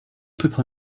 people